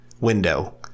window